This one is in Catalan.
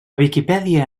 viquipèdia